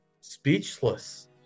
speechless